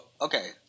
okay